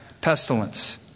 pestilence